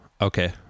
Okay